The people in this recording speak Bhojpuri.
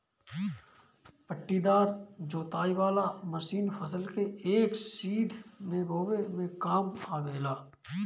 पट्टीदार जोताई वाला मशीन फसल के एक सीध में बोवे में काम आवेला